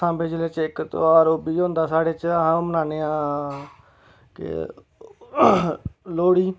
साम्बे जिले च इक ध्यार ओह् बी होंदा साढ़े च आम मनान्ने आं केह् लोह्ड़ी